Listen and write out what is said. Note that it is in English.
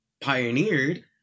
pioneered